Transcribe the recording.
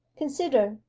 consider,